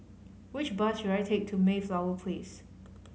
which bus should I take to Mayflower Place